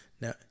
Now